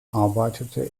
arbeitete